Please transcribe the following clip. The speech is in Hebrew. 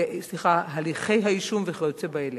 הליכי האישום וכיוצא באלה.